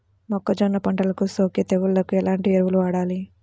మొక్కజొన్న పంటలకు సోకే తెగుళ్లకు ఎలాంటి ఎరువులు వాడాలి?